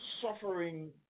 suffering